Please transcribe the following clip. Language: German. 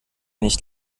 nicht